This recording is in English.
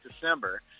December